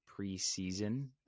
preseason